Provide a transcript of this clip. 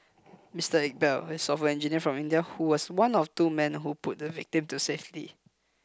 Mister Iqbal a software engineer from India who was one of two men who pulled the victim to safety